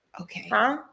okay